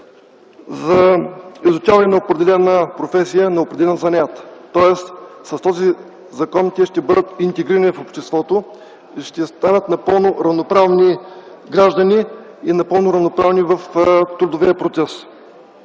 за изучаване на определена професия, на определен занаят. Тоест с този закон те ще бъдат интегрирани в обществото, ще станат напълно равноправни граждани и напълно равноправни в трудовия процес.